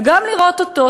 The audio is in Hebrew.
גם לראות אותו,